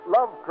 Love